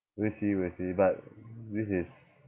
we'll see we'll see but this is